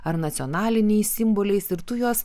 ar nacionaliniais simboliais ir tu juos